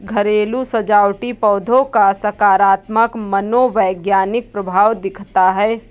घरेलू सजावटी पौधों का सकारात्मक मनोवैज्ञानिक प्रभाव दिखता है